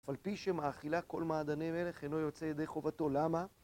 על פי שמאכילה כל מעדני מלך, אינו יוצא ידי חובתו. למה?